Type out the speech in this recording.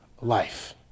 life